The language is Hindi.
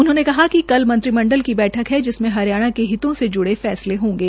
उन्होंने कहा कि कल मंत्रिमंडल की बैठक है जिसमें हरियाणा के हितों से ज्डे हये फैसले होंगे